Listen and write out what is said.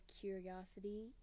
curiosity